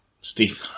Steve